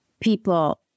people